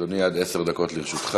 אדוני, עד עשר דקות לרשותך.